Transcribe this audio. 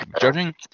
judging